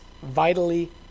vitally